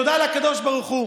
תודה לקדוש ברוך הוא,